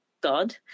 God